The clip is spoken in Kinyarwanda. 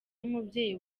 n’umubyeyi